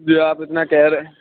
جی آپ اتنا کہہ رہے ہیں